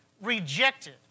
rejected